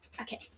okay